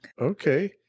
Okay